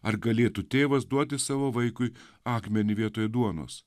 ar galėtų tėvas duoti savo vaikui akmenį vietoj duonos